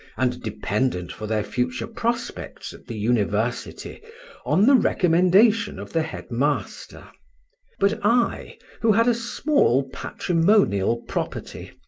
and dependent for their future prospects at the university on the recommendation of the head-master but i, who had a small patrimonial property,